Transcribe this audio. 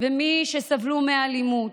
ולמי שסבלו מאלימות.